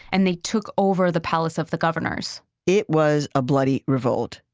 and they took over the palace of the governors it was a bloody revolt,